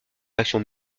faction